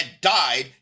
died